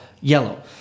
yellow